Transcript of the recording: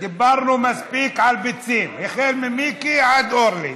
דיברנו מספיק על ביצים, ממיקי עד אורלי.